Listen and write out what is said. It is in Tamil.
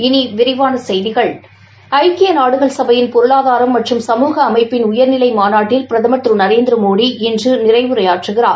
இனி விரிவான செய்திகள் ஐக்கிய நாடுகள் சபையின் பொருளாதாரம் மற்றும் சமூக அமைப்பின் உயர்நிலை மாநாட்டில் பிரதமர் திரு நரேந்திரமோடி இன்று நிறைவு உரையாற்றுகிறார்